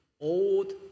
old